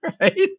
right